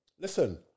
listen